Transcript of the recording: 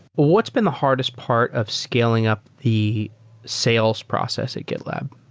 what's been the hardest part of scaling up the sales process at gitlab?